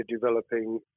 developing